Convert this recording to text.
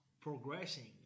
progressing